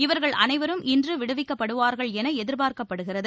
இவர்கள் அனைவரும் இன்று விடுவிக்கப்படுவார்கள் என எதிர்பார்க்கப்படுகிறது